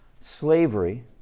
Slavery